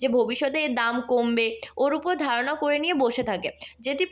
যে ভবিষ্যতে এর দাম কমবে ওর উপর ধারণা করে নিয়ে বসে থাকে যেটি